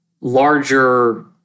larger